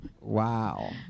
Wow